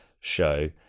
show